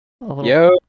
Yo